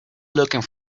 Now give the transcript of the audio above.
looking